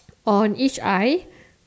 on each eye